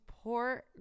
poor